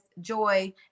joy